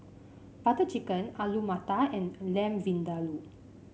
Butter Chicken Alu Matar and Lamb Vindaloo